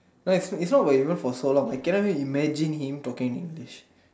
it's not even for so long I cannot even imagine him talking English